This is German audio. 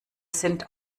sind